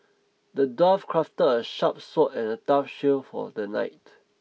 the dwarf crafted a sharp sword and a tough shield for the knight